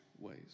ways